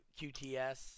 QTS